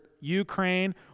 Ukraine